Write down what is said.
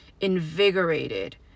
invigorated